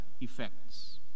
effects